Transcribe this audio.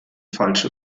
falsche